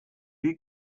wie